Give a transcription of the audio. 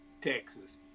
Texas